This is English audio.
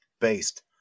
based